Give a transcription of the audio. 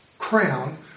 crown